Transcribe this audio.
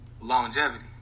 longevity